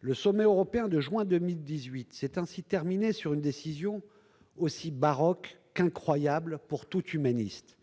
Le sommet européen du mois de juin 2018 s'est ainsi terminé sur une décision aussi baroque qu'incroyable pour tout humaniste :